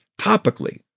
topically